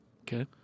okay